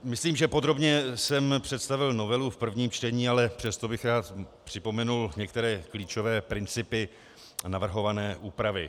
Myslím, že podrobně jsem představil novelu v prvním čtení, ale přesto bych rád připomenul některé klíčové principy navrhované úpravy.